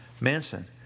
Manson